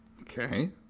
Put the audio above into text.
Okay